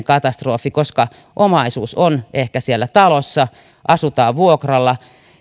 katastrofi koska omaisuus on ehkä siellä talossa asutaan vuokralla